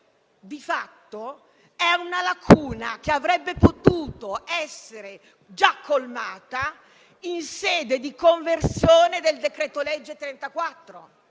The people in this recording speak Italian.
di fatto è una lacuna che avrebbe potuto essere già colmata in sede di conversione del decreto-legge n.